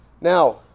Now